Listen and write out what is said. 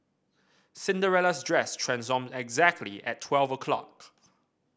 Cinderella's dress transformed exactly at twelve o' clock